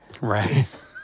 Right